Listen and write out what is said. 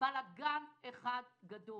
בלגן אחד גדול.